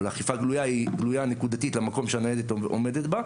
אבל אכיפה גלויה היא גלויה נקודתית למקום שהניידת עומדת בה,